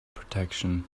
protection